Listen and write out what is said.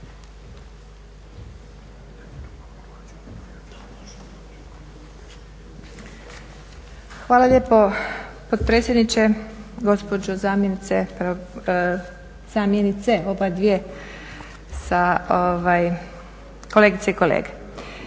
Hvala lijepo potpredsjedniče. Gospođo zamjenice, obadvije, kolegice i kolege